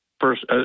first